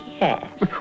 Yes